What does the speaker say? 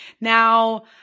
Now